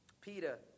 Peter